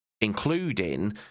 including